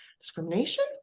Discrimination